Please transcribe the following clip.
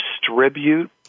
distribute